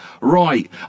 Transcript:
right